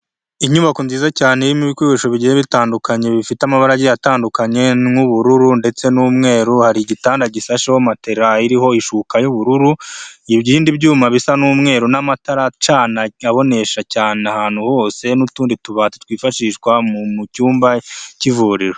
Inyubako nziza cyane irimo ibikoresho bigiye bitandukanye, bifite amabara agiye atandukanye n'ubururu ndetse n'umweru, hari igitanda gisasheho matela iriho ishuka y'ubururu, ibindi byuma bisa n'umweru n'amatara acana abonesha cyane ahantu hose n'utundi tubati twifashishwa mu cyumba k'ivuriro.